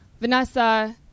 Vanessa